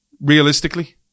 Realistically